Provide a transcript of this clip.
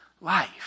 life